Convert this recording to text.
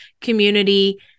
community